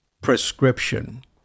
prescription